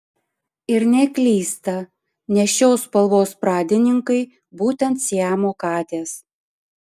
ir neklysta nes šios spalvos pradininkai būtent siamo katės